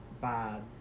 bad